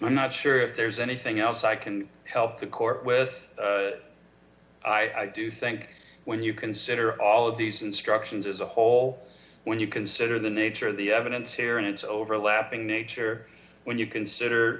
i'm not sure if there's anything else i can help the court with i do think when you consider all of these instructions as a whole d when you consider the nature of the evidence here and its overlapping nature when you consider